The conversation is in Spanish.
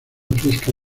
fresca